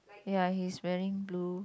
ya he's wearing blue